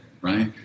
right